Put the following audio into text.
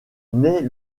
naît